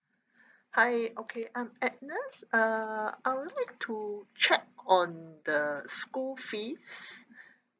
hi okay I'm agnes uh I would like to check on the school fees